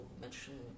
mention